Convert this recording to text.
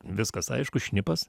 viskas aišku šnipas